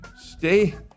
stay